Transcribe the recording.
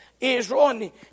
Israel